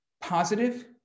positive